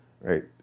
right